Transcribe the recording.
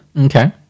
Okay